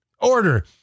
order